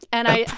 and